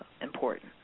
important